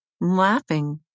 laughing